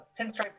pinstripe